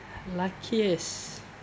luckiest